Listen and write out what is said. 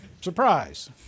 Surprise